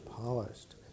polished